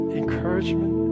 encouragement